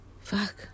Fuck